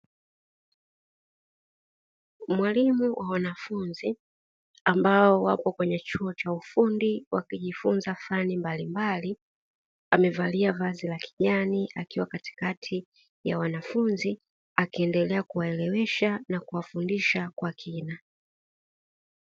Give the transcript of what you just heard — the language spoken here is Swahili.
Mwalimu wa wanafunzi ambao wapo kwenye chuo cha ufundi wakiendelea kujifunza fani mbalimbali, amevalia vazi la kijani akiwa katikati ya wanafunzi akiendelea kuwaelewesha na kuwafundisha kwa kina.